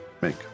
make